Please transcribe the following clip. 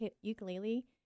ukulele